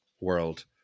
world